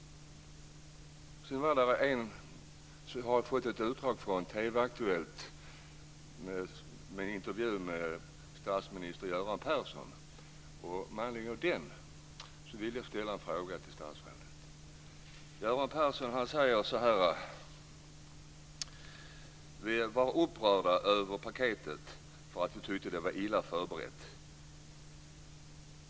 Jag har fått ett utdrag från en intervju med statsminister Göran Persson i TV:s Aktuellt. Med anledning av den vill jag ställa en fråga till statsrådet. Göran Persson säger: Vi var upprörda över paketet för att vi tyckte att det var illa förberett.